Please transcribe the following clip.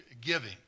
Giving